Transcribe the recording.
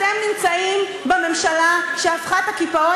אתם נמצאים בממשלה שהפכה את הקיפאון